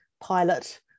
pilot